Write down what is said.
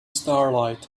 starlight